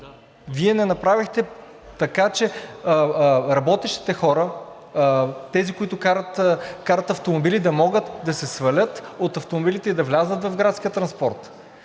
Вие не направихте така, че работещите хора, тези, които карат автомобили, да могат да слязат от автомобилите и да влязат в градския транспорт.